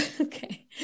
Okay